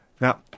Now